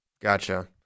gotcha